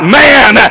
man